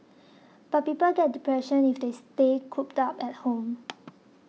but people get depression if they stay cooped up at home